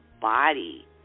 body